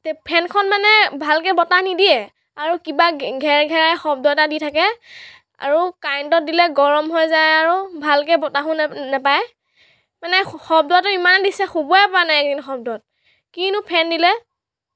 তে ফেনখন মানে ভালকৈ বতাহ নিদিয়ে আৰু কিবা ঘেৰঘেৰাই শব্দ এটা দি থাকে আৰু কাৰেণ্টত দিলে গৰম হৈ যায় আৰু ভালকৈ বতাহো নেপায় মানে শব্দটো ইমান দিছে শুবয়ে পৰা নাই এইটো শব্দত কিনো ফেন দিলে